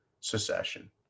secession